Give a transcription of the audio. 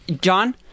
John